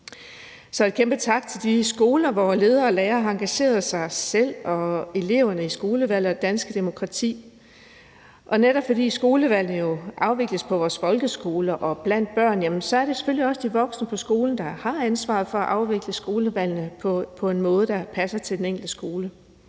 en kæmpe tak til de skoler, hvor ledere og lærere har engageret sig selv og eleverne i det danske demokrati. Netop fordi skolevalgene afvikles på vores folkeskoler og blandt børn, er det selvfølgelig også de voksne på skolen, der har ansvaret for at afvikle skolevalgene på en måde, der passer til den enkelte skole.